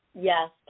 yes